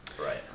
right